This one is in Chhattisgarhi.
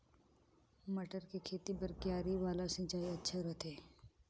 मटर के खेती बर क्यारी वाला सिंचाई अच्छा रथे?